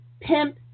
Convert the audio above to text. pimp